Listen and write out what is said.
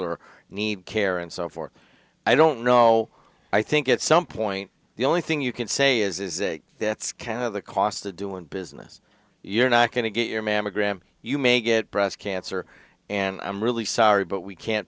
or need care and so forth i don't know i think it's some point the only thing you can say is that that's kind of the cost of doing business you're not going to get your mammogram you may get breast cancer and i'm really sorry but we can't